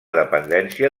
dependència